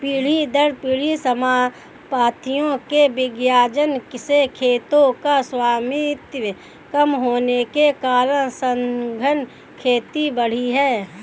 पीढ़ी दर पीढ़ी सम्पत्तियों के विभाजन से खेतों का स्वामित्व कम होने के कारण सघन खेती बढ़ी है